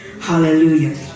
Hallelujah